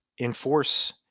enforce